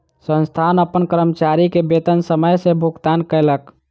संस्थान अपन कर्मचारी के वेतन समय सॅ भुगतान कयलक